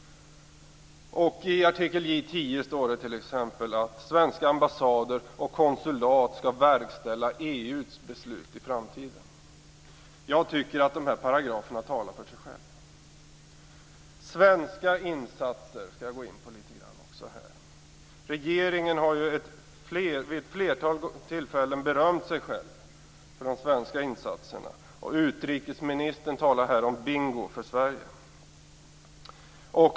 I artikel J 10 står det att svenska ambassader och konsulat skall verkställa EU:s beslut i framtiden. Jag tycker att de här paragraferna talar för sig själva. Svenska insatser skall jag också gå in litet grand på. I regeringen har man vid ett flertal tillfällen berömt sig själv för de svenska insatserna och utrikesministern talar om bingo för Sverige.